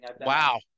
Wow